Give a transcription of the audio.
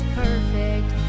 perfect